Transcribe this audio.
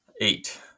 Eight